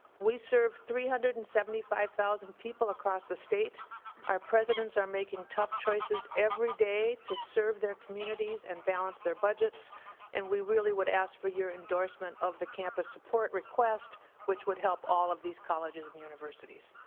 we serve three hundred and seventy five zero people across the state our presidents are making tough choices every day to serve their communities and balance of their budgets and we really would ask for your endorsement of the campus support request which would help all of these colleges and universities.